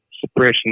suppression